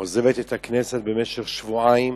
עוזבת את הכנסת למשך שבועיים,